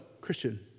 Christian